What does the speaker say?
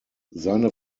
seine